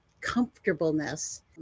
comfortableness